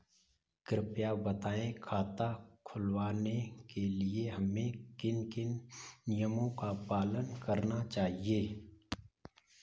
कृपया बताएँ खाता खुलवाने के लिए हमें किन किन नियमों का पालन करना चाहिए?